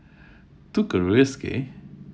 took a risk eh